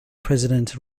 president